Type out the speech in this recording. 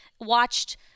watched